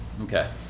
Okay